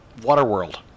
Waterworld